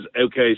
okay